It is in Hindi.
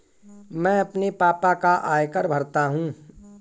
मैं अपने पापा का आयकर भरता हूं